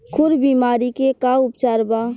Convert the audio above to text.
खुर बीमारी के का उपचार बा?